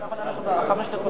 כשאתה אומר את החלוקה,